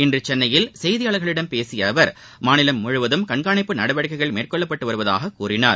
இன்றுசென்னையில் செய்தியாளர்களிடம் பேசியஅவர் மாநிலம் முழுவதம் கண்காணிப்பு நடவடிக்கைகள் மேற்கொள்ளப்பட்டுவருவதாகக் கூறினார்